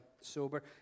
sober